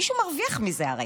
הרי מישהו מרוויח מזה.